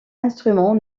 instruments